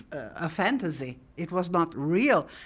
a fantasy. it was not real.